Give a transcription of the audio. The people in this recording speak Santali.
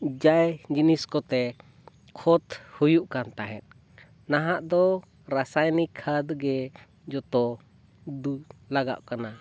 ᱡᱟᱭ ᱡᱤᱱᱤᱥ ᱠᱚᱛᱮ ᱠᱷᱚᱛ ᱦᱩᱭᱩᱜ ᱠᱟᱱ ᱛᱟᱦᱮᱸᱫ ᱱᱟᱦᱟᱜ ᱫᱚ ᱨᱟᱥᱟᱭᱱᱤᱠ ᱠᱷᱚᱛ ᱜᱮ ᱡᱚᱛᱚ ᱫᱩ ᱞᱟᱜᱟᱜ ᱠᱟᱱᱟ